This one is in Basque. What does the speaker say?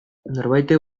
norbaitek